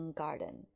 garden